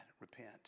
Repent